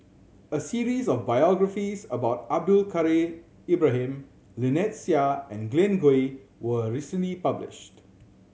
a series of biographies about Abdul Kadir Ibrahim Lynnette Seah and Glen Goei was recently published